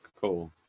cool